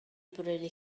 brynu